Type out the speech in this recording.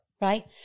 Right